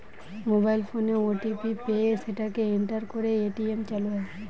mobile ফোনে OTP পেয়ে সেটাকে এন্টার করে এ.টি.এম চালু হয়